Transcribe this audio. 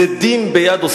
התייעצות